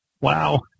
wow